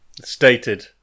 Stated